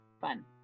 fun